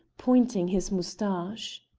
pointing his moustache.